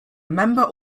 member